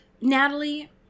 Natalie